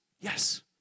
Yes